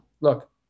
Look